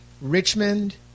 Richmond